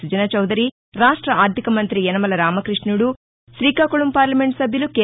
సుజనాచౌదరి రాష్ట ఆర్థిక మంత్రి యనమల రామకృష్ణుదు శీకాకుళం పార్లమెంట్ సభ్యులు కె